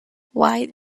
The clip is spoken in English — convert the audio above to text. wide